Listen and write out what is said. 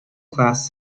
class